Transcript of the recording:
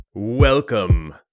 Welcome